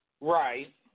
Right